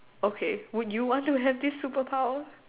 okay would you want to have this super power